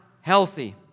healthy